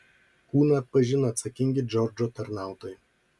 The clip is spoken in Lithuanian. kūną atpažino atsakingi džordžo tarnautojai